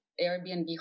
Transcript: Airbnb